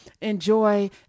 enjoy